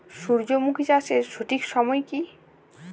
সূর্যমুখী চাষের সঠিক সময় কি?